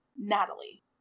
Natalie